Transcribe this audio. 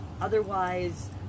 Otherwise